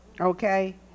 Okay